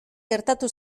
gertatu